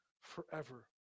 forever